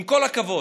עם כל הכבוד.